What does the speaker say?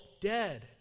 dead